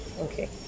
Okay